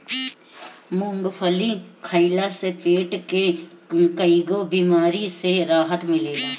मूंगफली खइला से पेट के कईगो बेमारी से राहत मिलेला